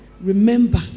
Remember